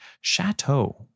Chateau